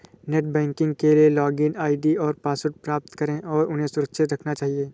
net banking के लिए login ID और पासवर्ड प्राप्त करें और उन्हें सुरक्षित रखना चहिये